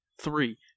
three